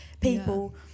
people